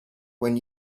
when